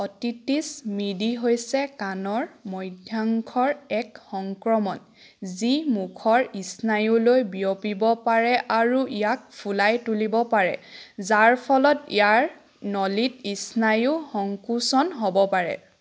otitis media হৈছে কাণৰ মধ্যাংশৰ এক সংক্ৰমণ যি মুখৰ স্নায়ুলৈ বিয়পিব পাৰে আৰু ইয়াক ফুলাই তুলিব পাৰে যাৰ ফলত ইয়াৰ নলীত স্নায়ু সংকোচন হ'ব পাৰে